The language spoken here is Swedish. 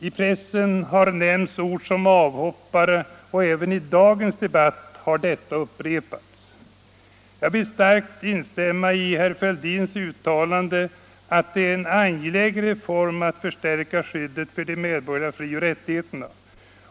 I préssen har nämnts ord som avKoppare, och även i dagens debatt har detta upprepats. Jag vill starkt instämma i herr Fälldins uttalande att det är en angelägen reform att förstärka skyddet för de medborgerliga frioch rättigheterna.